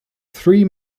three